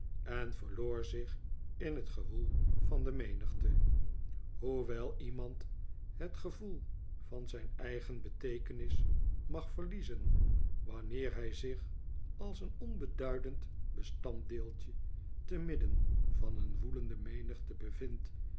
en verloor zich in het gewoel van de menigte hoewel iemand het gevoel van zijn eigen beteekenis mag verliezen wanneer hij zich als een onbeduidend bestanddeeltje te midden van een woelende menigte bevindt